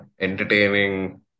entertaining